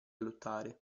lottare